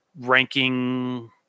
ranking